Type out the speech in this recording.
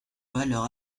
valeur